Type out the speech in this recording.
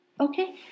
okay